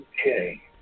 Okay